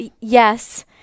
yes